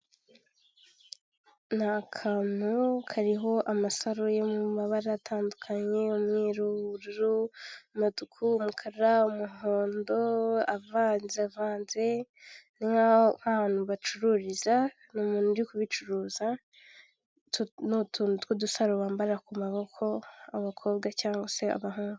Ni akantu kariho amasaro yo mu mabara atandukanye umweru, ubururu, umutuku, umukara, umuhondo avanzevanze, ni nk'aho ari ahantu bacururiza, ni umuntu uri kubicuruza n'utuntu tw'udusaro bambara ku maboko abakobwa cyangwa se abahungu.